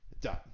Done